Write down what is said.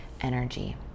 energy